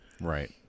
Right